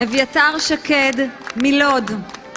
אביתר שקד, מלוד